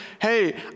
hey